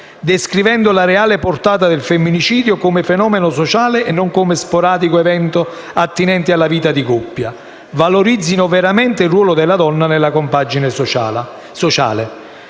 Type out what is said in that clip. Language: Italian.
descrivendo la reale portata del femminicidio, come fenomeno sociale, e non come sporadico evento attinente alla vita di coppia; valorizzino, veramente, il ruolo della donna nella compagine sociale.